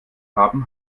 haben